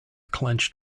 clenched